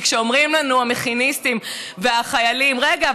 כי כשאומרים לנו המכיניסטים והחיילים: רגע,